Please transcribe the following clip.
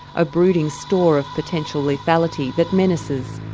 a brooding store of potentially lethality that menaces,